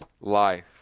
life